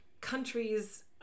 countries